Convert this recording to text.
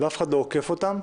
שאף אחד לא עוקף אותן,